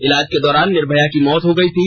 इलाज के दौरान निर्भया की मौत हो गई थी